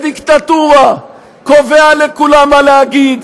בדיקטטורה, קובע לכולם מה להגיד,